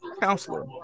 counselor